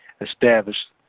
established